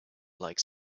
like